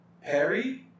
Harry